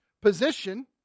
position